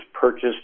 purchased